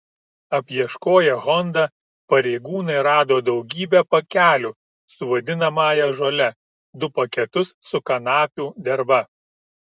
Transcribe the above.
apieškoję honda pareigūnai rado daugybę pakelių su vadinamąją žole du paketus su kanapių derva